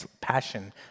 Passion